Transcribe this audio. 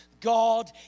God